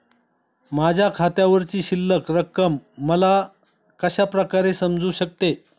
माझ्या खात्यावरची शिल्लक रक्कम मला कशा प्रकारे समजू शकते?